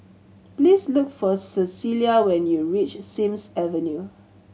please look for Cecelia when you reach Sims Avenue